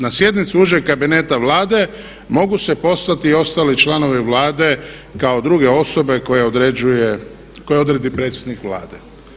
Na sjednici Užeg kabineta Vlade mogu se poslati i ostali članovi Vlade kao druge osobe koje odredi predsjednik Vlade.